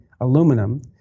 aluminum